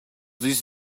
this